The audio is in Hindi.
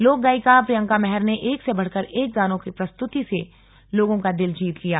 लोक गायिका प्रियंका महर ने एक से बढ़कर एक गानों की प्रस्तुति से लोगों का दिल जीत लिया